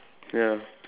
ya